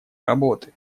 работы